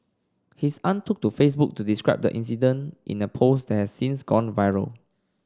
his aunt took to Facebook to describe the incident in a post has since gone viral